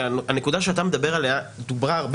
כי הנקודה שאתה מדבר עליה דוברה הרבה